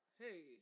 hey